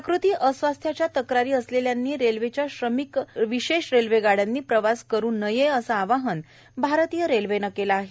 प्रकृती अस्वास्थ्याच्या तक्रारी असलेल्यांनी रेल्वेच्या श्रमिक विशेष रेल्वे गाड्यांनी प्रवास करु नये असं आवाहन भारतीय रेल्वेनं केलं आहे